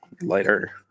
Lighter